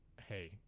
hey